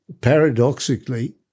Paradoxically